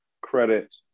credit